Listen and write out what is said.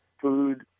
Food